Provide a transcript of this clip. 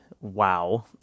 wow